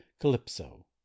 calypso